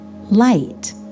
light